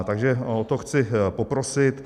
Takže o to chci poprosit.